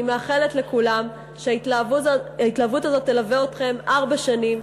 אני מאחלת לכולם שההתלהבות הזאת תלווה אתכם ארבע שנים,